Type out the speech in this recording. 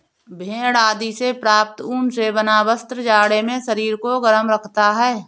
भेड़ आदि से प्राप्त ऊन से बना वस्त्र जाड़े में शरीर को गर्म रखता है